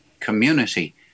Community